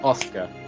Oscar